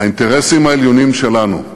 האינטרסים העליונים שלנו,